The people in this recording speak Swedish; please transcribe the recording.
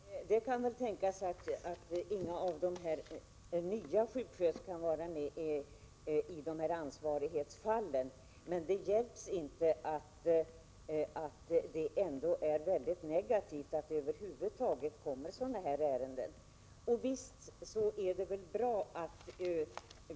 Herr talman! Det kan väl tänkas att inga av de nya sjuksköterskorna figurerar i ansvarighetsfallen. Det är bra, men det är ändå väldigt negativt att sådana ärenden över huvud taget förekommer.